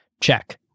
check